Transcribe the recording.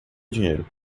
dinheiro